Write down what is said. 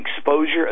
exposure